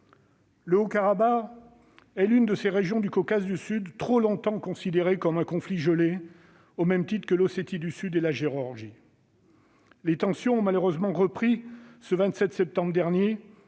Le Haut-Karabagh est l'une de ces régions du Caucase du Sud trop longtemps considéré comme le théâtre d'un conflit gelé, au même titre que celui qui oppose l'Ossétie du Sud et la Géorgie. Les tensions ont malheureusement repris le 27 septembre dernier,